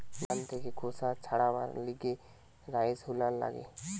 ধান থেকে খোসা ছাড়াবার লিগে রাইস হুলার লাগে